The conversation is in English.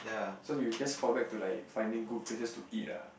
so you just fall back like finding good places to eat ah